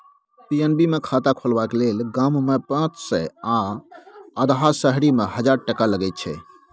PNB मे खाता खोलबाक लेल गाममे पाँच सय आ अधहा शहरीमे हजार टका लगै छै